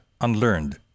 unlearned